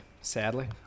Sadly